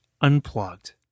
unplugged